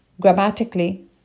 grammatically